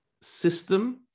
system